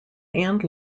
and